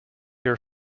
your